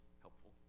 helpful